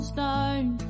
Stone